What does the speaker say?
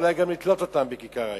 אולי גם לתלות אותם בכיכר העיר.